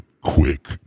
quick